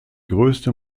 größte